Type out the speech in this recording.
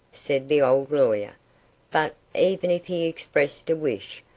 said the old lawyer but, even if he expressed a wish,